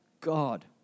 God